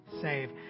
save